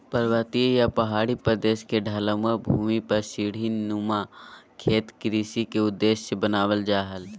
पर्वतीय या पहाड़ी प्रदेश के ढलवां भूमि पर सीढ़ी नुमा खेत कृषि के उद्देश्य से बनावल जा हल